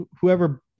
whoever